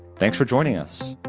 thanks for joining us.